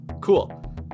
cool